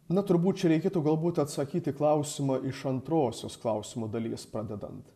na turbūt čia reikėtų galbūt atsakyt į klausimą iš antrosios klausimo dalies pradedant